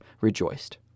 rejoiced